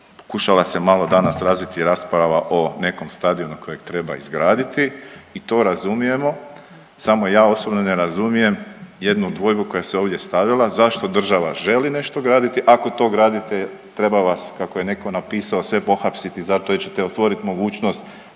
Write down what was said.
Pokušala se malo danas razviti rasprava o nekom stadionu kojeg treba izgraditi i to razumijemo, samo ja osobno ne razumijem jednu dvojbu koja se ovdje stavila zašto država želi nešto graditi ako to gradite treba vas kako je neko napisao, sve pohapsiti zato jer ćete otvoriti mogućnost